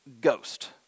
ghost